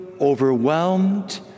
overwhelmed